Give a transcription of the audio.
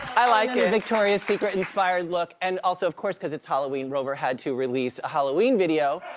i like it. a victoria's secret inspired look. and also of course, cause it's halloween, rover had to release a halloween video.